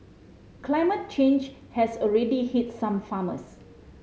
climate change has already hit some farmers